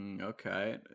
Okay